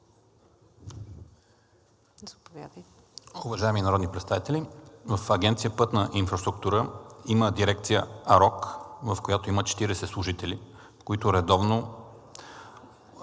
Уважаеми народни представители, в Агенция „Пътна инфраструктура“ има дирекция АРОК, в която има 40 служители, които редовно